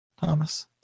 Thomas